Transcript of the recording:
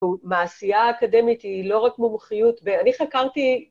ומעשייה אקדמית היא לא רק מומחיות, ואני חקרתי...